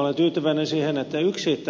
olen tyytyväinen siihen että yksi